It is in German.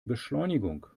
beschleunigung